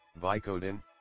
Vicodin